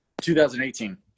2018